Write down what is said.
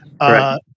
right